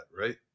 right